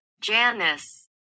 Janice